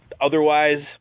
Otherwise